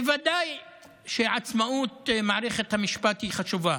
ודאי שעצמאות מערכת המשפט היא חשובה,